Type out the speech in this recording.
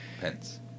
Pence